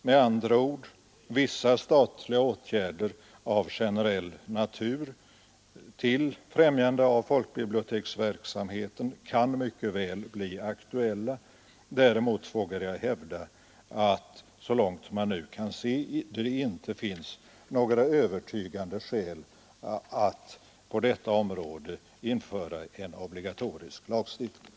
Med andra ord: Vissa statliga åtgärder av generell natur till främjande av folkbiblioteksverksamheten kan mycket väl bli aktuella. Däremot vågar jag hävda att det, så långt man nu kan se, inte finns några övertygande skäl att på detta område införa en obligatorisk lagstiftning.